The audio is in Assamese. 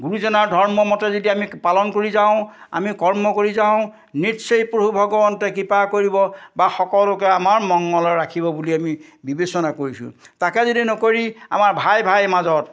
গুৰুজনাৰ ধৰ্ম মতে যদি আমি পালন কৰি যাওঁ আমি কৰ্ম কৰি যাওঁ নিশ্চয় প্ৰভূ ভগৱন্তই কৃপা কৰিব বা সকলোকে আমাৰ মঙ্গলে ৰাখিব বুলি আমি বিবেচনা কৰিছোঁ তাকে যদি নকৰি আমাৰ ভাই ভাই মাজত